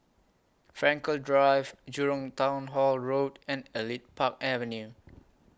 Frankel Drive Jurong Town Hall Road and Elite Park Avenue